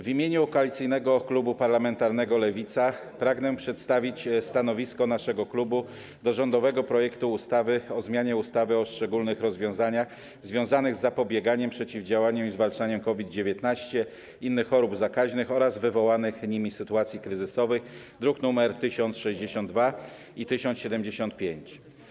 W imieniu Koalicyjnego Klubu Parlamentarnego Lewicy pragnę przedstawić stanowisko naszego klubu wobec rządowego projektu ustawy o zmianie ustawy o szczególnych rozwiązaniach związanych z zapobieganiem, przeciwdziałaniem i zwalczaniem COVID-19, innych chorób zakaźnych oraz wywołanych nimi sytuacji kryzysowych, druk nr 1062 i 1075.